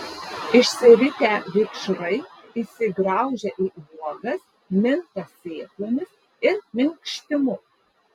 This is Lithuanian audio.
išsiritę vikšrai įsigraužia į uogas minta sėklomis ir minkštimu